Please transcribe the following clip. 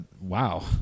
wow